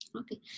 Okay